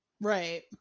right